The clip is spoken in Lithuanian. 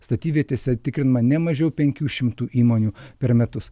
statybvietėse tikrinama ne mažiau penkių šimtų įmonių per metus